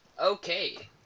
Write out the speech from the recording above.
Okay